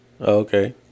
Okay